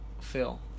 phil